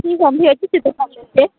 ठीक हय हम भेजू केँ